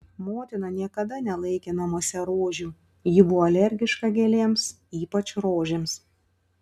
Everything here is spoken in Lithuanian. motina niekada nelaikė namuose rožių ji buvo alergiška gėlėms ypač rožėms